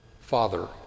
father